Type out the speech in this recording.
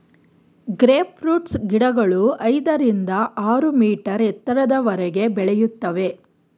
grape fruits ಗಿಡಗಳು ಐದರಿಂದ ಆರು ಮೀಟರ್ ಎತ್ತರದವರೆಗೆ ಬೆಳೆಯುತ್ತವೆ